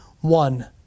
one